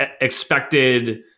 expected